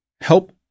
help